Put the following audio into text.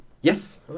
Yes